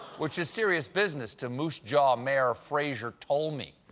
which is serious business to moose jaw mayor fraser tolmie.